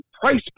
price